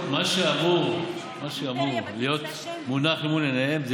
מה שאמור להיות מונח למול עיניהם זה